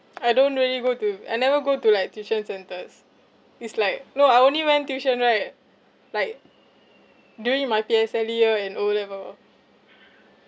I don't really go to I never go to like tuition centres is like no I only went tuition right like during my P_S_L_E year and O level